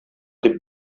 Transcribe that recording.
дип